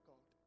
God